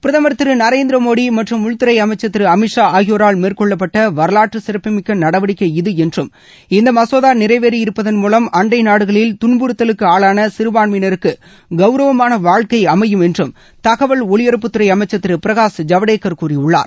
பிரதமர் திரு நரேந்திர மோடி மற்றம் உள்துறை அமைச்சர் திரு அமித் ஷா ஆகியோரால் மேற்கொள்ளப்பட்ட வரலாற்றுச் சிறப்புமிக்க நடவடிக்கை இது என்றும் இந்த மசோதா நிறைவேறியிருப்பதன் மூலம் அண்டை நாடுகளில் துன்புறுத்தலுக்கு ஆளான சிறபான்மையினருக்கு கவுரவமான வாழ்ககை அமையும் என்றும் தகவல் ஒலிபரப்புத்துறை அமைச்சர் திரு பிரகாஷ் ஜவடேகர் கூறியுள்ளார்